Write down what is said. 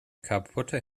kaputte